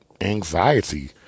anxiety